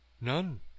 None